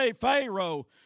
Pharaoh